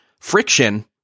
friction